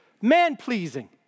man-pleasing